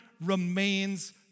remains